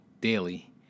daily